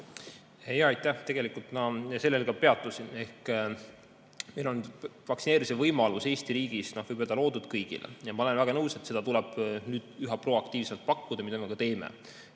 Aitäh! Tegelikult ma sellel ka peatusin. Meil on vaktsineerimise võimalus Eesti riigis, võib öelda, loodud kõigile. Ma olen väga nõus, et seda tuleb nüüd üha proaktiivsemalt pakkuda ja seda me ka teeme.